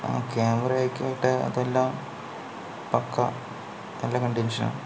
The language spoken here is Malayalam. ക്യാമറ ആയിക്കോട്ടെ അതെല്ലാം പക്കാ നല്ല കണ്ടീഷനാണ്